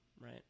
right